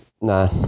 Nah